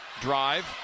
drive